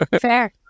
Fair